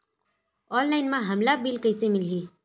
Online म हमला bill कइसे मिलही?